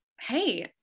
hey